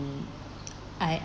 I